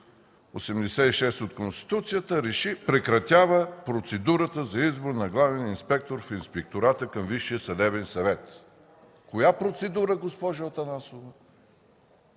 86 от Конституцията реши: прекратява процедурата за избор на главен инспектор в Инспектората към Висшия съдебен съвет.” Коя процедура, госпожо Атанасова?